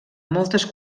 moltes